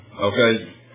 okay